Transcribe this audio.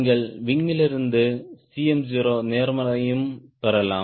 நீங்கள் விங் யிலிருந்து Cm0 நேர்மறையும் பெறலாம்